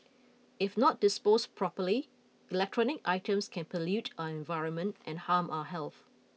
if not dispose properly electronic items can pollute our environment and harm our health